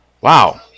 Wow